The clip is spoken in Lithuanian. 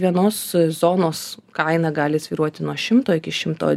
vienos zonos kaina gali svyruoti nuo šimto iki šimto